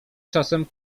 czasem